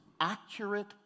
accurate